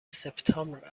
سپتامبر